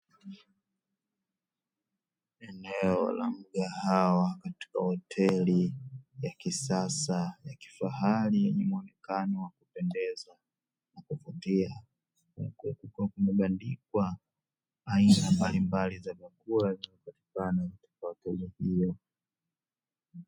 Eneo la mgahawa katika hoteli ya kisasa ya kifahari yenye muonekano wa kupendeza na kuvutia, huku kukiwa kumebandikwa aina mbalimbali za vyakula vinavyopatikana katika hoteli hiyo.